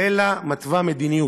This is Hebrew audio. אלא מתווה מדיניות,